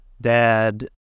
dad